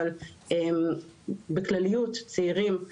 אבל בכלליות צעירים,